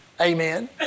Amen